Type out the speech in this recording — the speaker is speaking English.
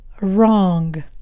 wrong